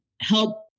help